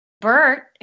Bert